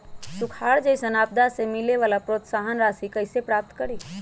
सुखार जैसन आपदा से मिले वाला प्रोत्साहन राशि कईसे प्राप्त करी?